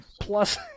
plus